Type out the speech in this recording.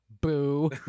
boo